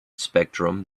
spectrum